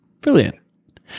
Brilliant